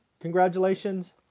Congratulations